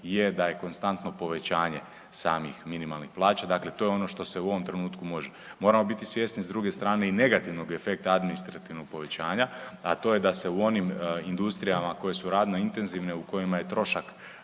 je da je konstantno povećanje samih minimalnih plaća. Dakle, to je ono što se u ovom trenutku može. Moramo biti svjesni s druge strane i negativnog efekta administrativnog povećanja, a to je da se u onim industrijama koje su radno intenzivne, u kojima je trošak